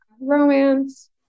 romance